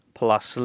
plus